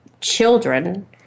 children